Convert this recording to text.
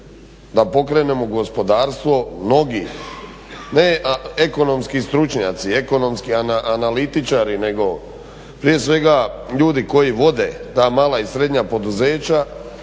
da pokrenemo gospodarstvo mnogih. Ne ekonomski stručnjaci, ekonomski analitičari nego prije svega ljudi koji vode ta mala i srednja poduzeća,